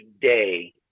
day